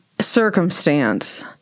circumstance